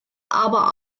aber